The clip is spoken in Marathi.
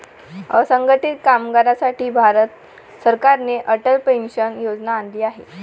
असंघटित कामगारांसाठी भारत सरकारने अटल पेन्शन योजना आणली आहे